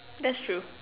that's true